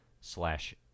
slash